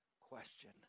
question